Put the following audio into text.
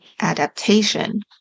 adaptation